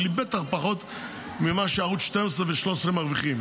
אבל היא בטח פחות ממה שערוץ 12 ו-13 מרוויחים.